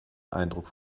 eindruck